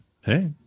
Hey